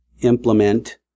implement